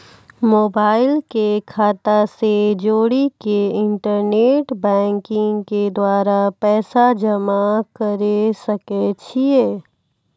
Mobile के खाता से जोड़ी के इंटरनेट बैंकिंग के द्वारा पैसा जमा करे सकय छियै?